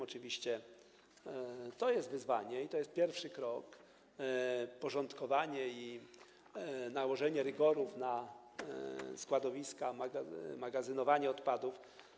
Oczywiście to jest wyzwanie i to jest pierwszy krok: porządkowanie i nałożenie rygorów na składowiska, magazynowanie odpadów.